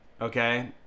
okay